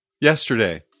Yesterday